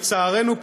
לצערנו,